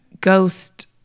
Ghost